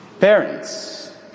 Parents